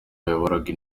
yayoboraga